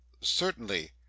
Certainly